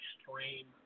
extreme